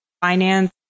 finance